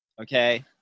Okay